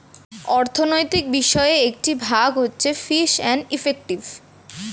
অর্থনৈতিক বিষয়ের একটি ভাগ হচ্ছে ফিস এন্ড ইফেক্টিভ